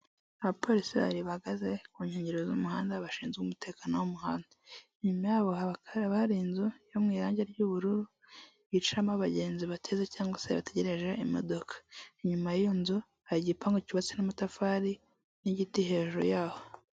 Abapolisi bari bahagaze ku nkengero z'umuhanda bashinzwe umutekano w'umuhanda, inyuma y'aho ha abaka hari inzu yo mu irangi ry'ubururu bicaramo abagenzi bateze cyangwa se bategereje imodoka, inyuma y'iyo nzu hari igipangu cyubatse n'amatafari n'igiti hejuru y'aho.